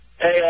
Hey